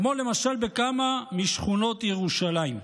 כמו למשל בכמה משכונות ירושלים.